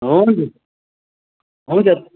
हुन्छ हुन्छ